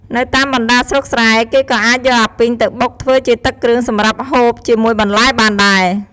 នៅតាមបណ្តាស្រុកស្រែ គេក៏អាចយកអាពីងទៅបុកធ្វើជាទឹកគ្រឿងសម្រាប់ហូបជាមួយបន្លែបានដែរ។